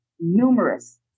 numerous